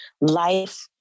life